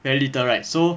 very little right so